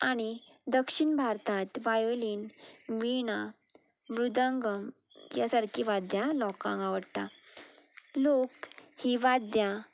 आनी दक्षिण भारतांत वायोलीन विणां वृदंगम ह्या सारकी वाद्यां लोकांक आवडटा लोक ही वाद्यां